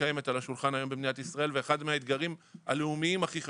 שקיימת על השולחן היום במדינת ישראל ואחד מהאתגרים הלאומיים הכי חשובים.